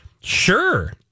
Sure